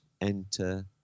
enter